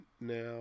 Now